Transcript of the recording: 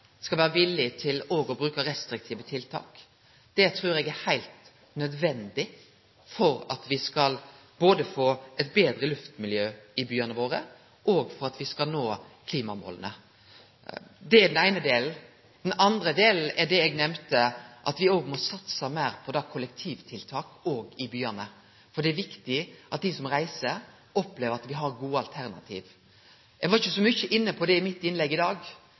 skal vere villige til òg å bruke restriktive tiltak. Det trur eg er heilt nødvendig både for at me skal få eit betre luftmiljø i byane våre, og for at me skal nå klimamåla. Det er den eine delen. Den andre delen er det eg nemnde om at me må satse meir på kollektivtiltak òg i byane, for det er viktig at dei som reiser, opplever at me har gode alternativ. Eg var ikkje så mye inne på det i innlegget mitt i dag,